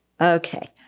Okay